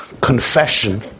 confession